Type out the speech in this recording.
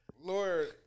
Lord